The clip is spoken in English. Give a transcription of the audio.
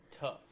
tough